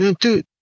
dude